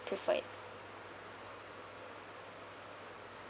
preferred